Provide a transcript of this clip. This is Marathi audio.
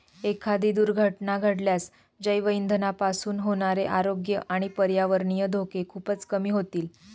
एखादी दुर्घटना घडल्यास जैवइंधनापासून होणारे आरोग्य आणि पर्यावरणीय धोके खूपच कमी होतील